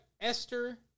Esther